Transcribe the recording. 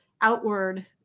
outward